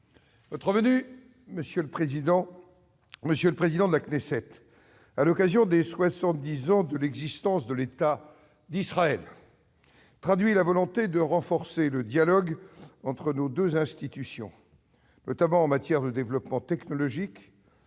Votre venue, monsieur le président de la Knesset, à l'occasion des soixante-dix ans de l'existence de l'État d'Israël, traduit la volonté de renforcer le dialogue entre nos deux institutions, notamment en matière de développement technologique,